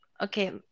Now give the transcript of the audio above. okay